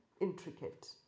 intricate